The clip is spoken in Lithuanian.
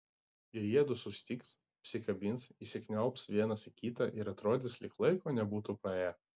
ir jiedu susitiks apsikabins įsikniaubs vienas į kitą ir atrodys lyg laiko nebūtų praėję